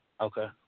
Okay